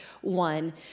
one